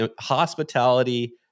hospitality